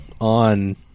on